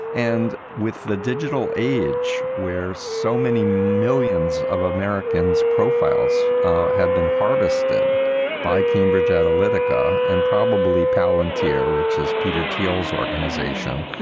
and with the digital age where so many millions of americans profiles have been harvested by cambridge, atlantica and probably pallin tier, which is peter teals organization,